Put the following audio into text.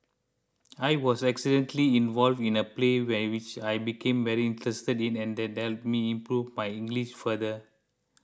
I was accidentally involved in a play we which I became very interested in and that me improve my English further